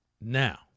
Now